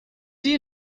you